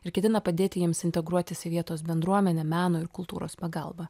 ir ketina padėti jiems integruotis į vietos bendruomenę meno ir kultūros pagalba